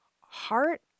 heart